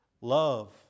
love